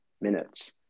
minutes